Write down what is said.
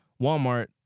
Walmart